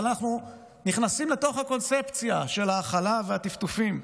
אבל אנחנו נכנסים לתוך הקונספציה של ההכלה והטפטופים.